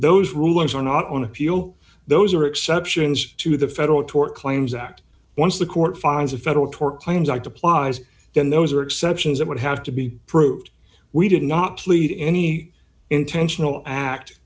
those rulings are not on appeal those are exceptions to the federal tort claims act once the court finds a federal tort claims act applies then those are exceptions that would have to be proved we did not plead any intentional act